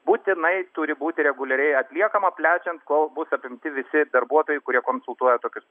būtinai turi būti reguliariai atliekama plečiant kol bus apimti visi darbuotojai kurie konsultuoja tokius